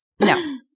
no